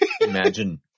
Imagine